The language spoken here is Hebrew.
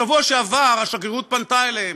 בשבוע שעבר השגרירות פנתה אליהם.